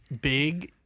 big